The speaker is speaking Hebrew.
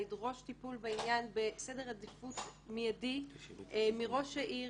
לדרוש טיפול בעניין בסדר עדיפות מיידי מראש העיר,